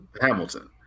Hamilton